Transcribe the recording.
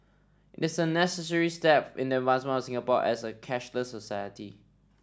it is a necessary step in the advancement of Singapore as a cashless society